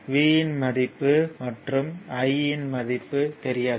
V இன் மதிப்பு மற்றும் I இன் மதிப்பு தெரியாது